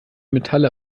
metalle